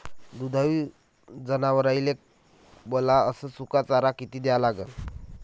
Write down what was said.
दुधाळू जनावराइले वला अस सुका चारा किती द्या लागन?